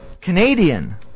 Canadian